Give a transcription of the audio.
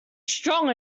strong